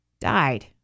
died